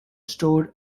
stored